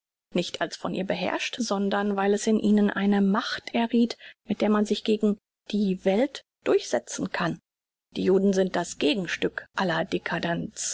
nicht als von ihnen beherrscht sondern weil es in ihnen eine macht errieth mit der man sich gegen die welt durchsetzen kann die juden sind das gegenstück